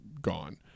gone